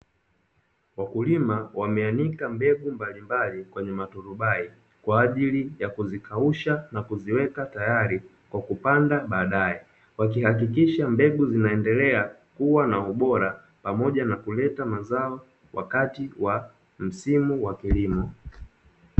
Wakulima wameanika mbegu mbalimbali kwenye maturubai kwa ajili ya kuzikausha na kuziweka tayari kwa kupanda badae, wakihakikisha mbegu zinaendelea kuwa na ubora, pamoja na kuleta mazao wakati wa msimu wa kilimo.